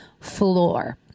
floor